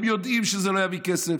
הם יודעים שזה לא יביא כסף,